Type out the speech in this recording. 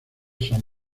son